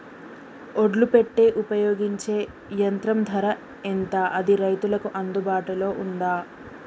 ఒడ్లు పెట్టే ఉపయోగించే యంత్రం ధర ఎంత అది రైతులకు అందుబాటులో ఉందా?